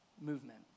movement